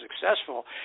successful